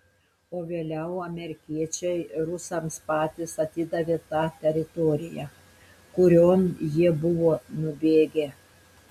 o vėliau amerikiečiai rusams patys atidavė tą teritoriją kurion jie buvo nubėgę